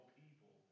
people